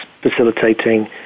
facilitating